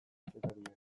kazetariak